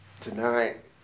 tonight